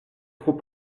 trop